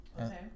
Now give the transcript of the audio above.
Okay